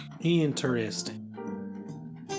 Interesting